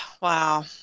wow